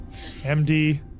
MD